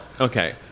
okay